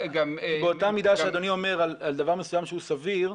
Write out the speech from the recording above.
כי באותה מידה שאדוני אומר על דבר מסוים שהוא סביר,